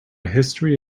history